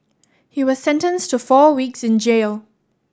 he was sentenced to four weeks in jail